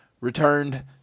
returned